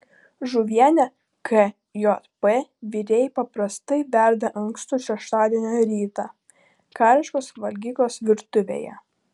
žuvienę kjp virėjai paprastai verda ankstų šeštadienio rytą kariškos valgyklos virtuvėje